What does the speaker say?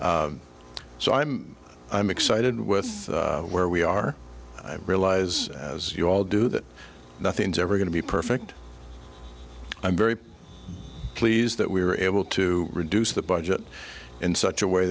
so i'm i'm excited with where we are i realize as you all do that nothing's ever going to be perfect i'm very pleased that we were able to reduce the budget in such a way